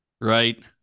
right